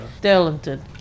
talented